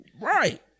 Right